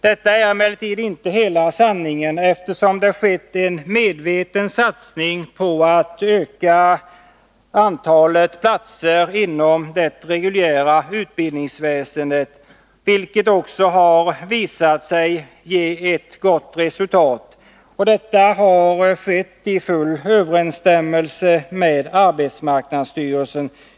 Detta är emellertid inte hela sanningen, eftersom det har skett en medveten satsning på att öka antalet platser inom det reguljära utbildningsväsendet, vilket också har visat sig ge ett gott resultat. Detta har skett i full överensstämmelse med arbetsmarknadsstyrelsens intentioner.